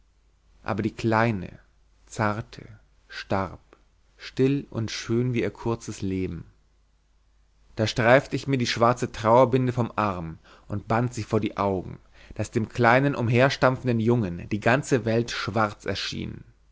aber die kleine zarte starb still und schön wie ihr kurzes leben da streifte ich mir die schwarze trauerbinde vom arm und band sie vor die augen daß dem kleinen umherstapfenden jungen die ganze welt schwarz erschien